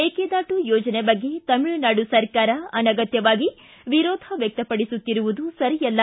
ಮೇಕೆದಾಟು ಯೋಜನೆ ಬಗ್ಗೆ ತಮಿಳುನಾಡು ಸರ್ಕಾರ ಅನಗತ್ಯವಾಗಿ ವಿರೋಧ ವ್ಯಕ್ತಪಡಿಸುತ್ತಿರುವುದು ಸರಿಯಲ್ಲ